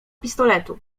pistoletu